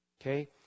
Okay